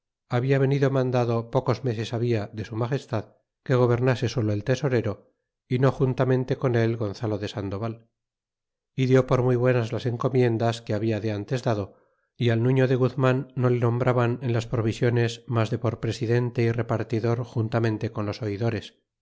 habia venido mandado pocos meses habia de su magestad que gobernase solo el tesorero y no juntamente con él gonzalo de sandoval y dió por muy buenas las encomiendas que habia de ntes dado y al nudo de guzman no le nombraban en las provisiones mas de por presidente y repartidor juntamente con los